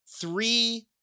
Three